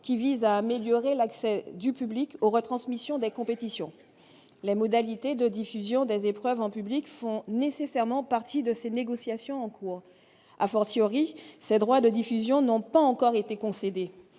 qui vise à améliorer l'accès du public aux retransmissions des compétitions, les modalités de diffusion des épreuves en public font nécessairement partie de ces négociations en cours, à fortiori, ces droits de diffusion n'ont pas encore été concédées